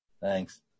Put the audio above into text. Thanks